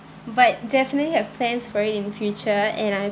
but definitely have plans for it in the future and I've